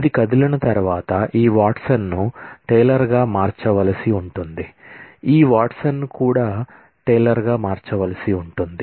ఇది కదిలిన తర్వాత ఈ వాట్సన్ను టేలర్గా మార్చవలసి ఉంటుంది ఈ వాట్సన్ను కూడా టేలర్గా మార్చవలసి ఉంటుంది